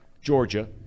Georgia